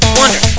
wonder